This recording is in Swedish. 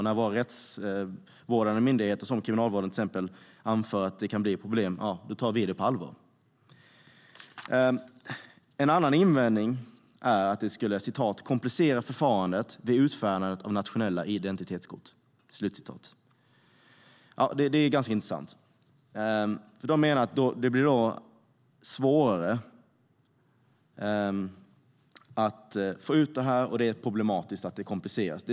När rättsvårdande myndigheter som till exempel Kriminalvården anför att det kan bli problem, då tar vi det på allvar. En annan invändning är att det skulle "komplicera förfarandet vid utfärdandet av nationella identitetskort". Det är ganska intressant. Regeringen och utskottet i övrigt menar att det blir svårare att få ut det här och att det är problematiskt att det kompliceras.